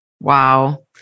Wow